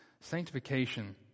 Sanctification